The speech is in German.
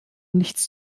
nichts